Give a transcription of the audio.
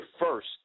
first